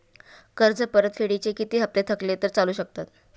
कर्ज परतफेडीचे किती हप्ते थकले तर चालू शकतात?